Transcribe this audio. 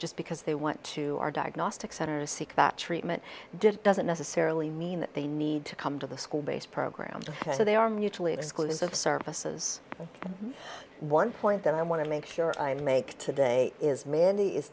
just because they want to our diagnostic center to seek treatment doesn't necessarily mean that they need to come to the school based programs so they are mutually exclusive services one point that i want to make sure i make today is mandy is